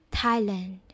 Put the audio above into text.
Thailand